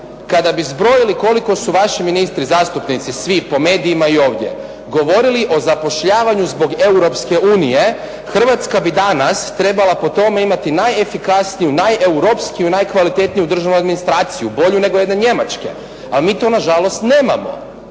kada bi zbrojili koliko su vaši ministri, zastupnici svi po medijima i ovdje govorili o zapošljavanju zbog Europske unije, Hrvatska bi danas trebala po tome imati najefikasniju, najeuropskiju, najkvalitetniju državnu administraciju, bolju nego jedne Njemačke, ali mi to na žalost nemamo.